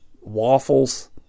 Waffles